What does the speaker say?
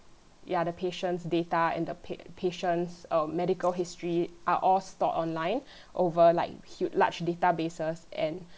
ya the patient's data and the pa~ patient's um medical history are all stored online over like hu~ large data bases and